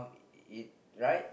uh right